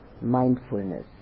mindfulness